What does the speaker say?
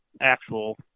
actual